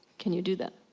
can you do that?